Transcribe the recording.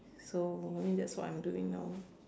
so I mean that's what I'm doing now